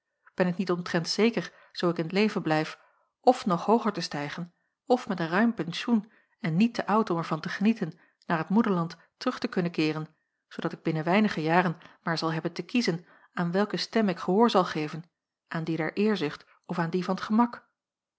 delen ik niet omtrent zeker zoo ik in t leven blijf f nog hooger te stijgen f met een ruim pensioen en niet te oud om er van te genieten naar t moederland terug te kunnen keeren zoodat ik binnen weinige jaren maar zal hebben te kiezen aan welke stem ik gehoor zal geven aan die der eerzucht of aan die van t gemak